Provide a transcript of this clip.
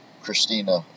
Christina